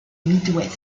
midwest